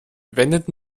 wendet